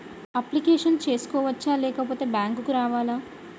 Application చేసుకోవచ్చా లేకపోతే bank రావాలా?